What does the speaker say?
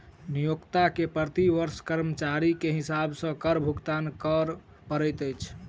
नियोक्ता के प्रति वर्ष कर्मचारी के हिसाब सॅ कर भुगतान कर पड़ैत अछि